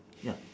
ya